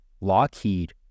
Lockheed